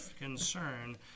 concern